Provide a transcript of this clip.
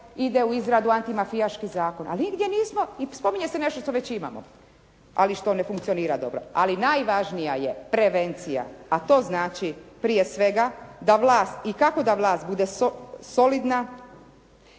ide u izradu antimafijaški zakon. Ali nigdje nismo i spominje se nešto što već imamo, ali što ne funkcionira dobro. Ali najvažnija je prevencija, a to znači prije svega da vlast i kako da vlast bude solidna,